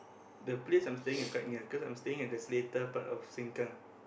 the place I'm staying is quite near cause I'm staying at the Seletar part of sengkang